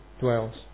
dwells